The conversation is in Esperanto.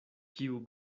kiu